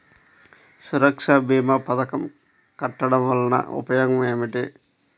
సురక్ష భీమా పథకం కట్టడం వలన ఉపయోగం ఏమిటి?